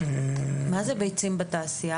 מה זה ביצים בתעשייה?